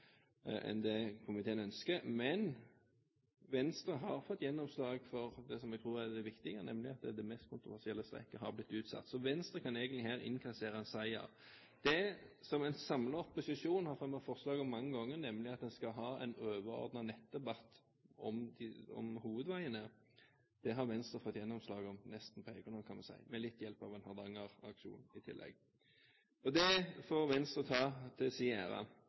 enn det komiteen ønsker. Men Venstre har fått gjennomslag for det jeg tror er det viktige, nemlig at det mest kontroversielle strekket har blitt utsatt. Så Venstre kan egentlig her innkassere en seier. Det en samlet opposisjon har fremmet forslag om mange ganger, nemlig at en skal ha en overordnet nettdebatt om hovedveiene, har Venstre fått gjennomslag for nesten på egen hånd, kan man si, med litt hjelp av en Hardanger-aksjon i tillegg. Det får Venstre ta